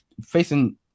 facing